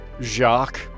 Jacques